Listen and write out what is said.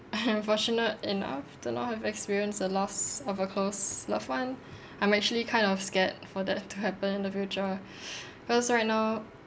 I'm fortunate enough to not have experienced the loss of a close loved one I'm actually kind of scared for that to happen in the future cause right now